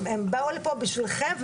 הם באו לפה בשבילכם.